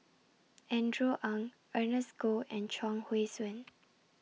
Andrew Ang Ernest Goh and Chuang Hui Tsuan